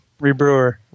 rebrewer